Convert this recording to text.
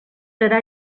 serà